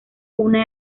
una